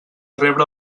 rebre